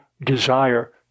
desire